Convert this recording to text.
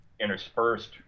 interspersed